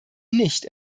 nicht